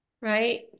right